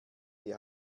die